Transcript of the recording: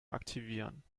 aktivieren